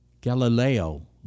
Galileo